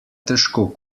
težko